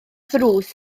ddrws